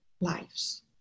lives